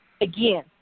again